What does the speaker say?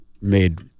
made